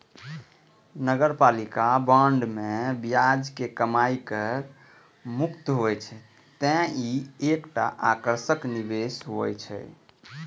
नगरपालिका बांड मे ब्याज के कमाइ कर मुक्त होइ छै, तें ई एकटा आकर्षक निवेश होइ छै